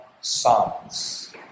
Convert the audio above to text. sons